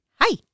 Hi